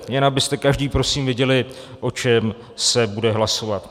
Jen abyste každý prosím věděli, o čem se bude hlasovat.